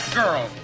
girl